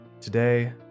Today